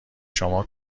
شما